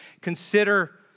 consider